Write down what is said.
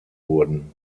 wurden